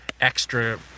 extra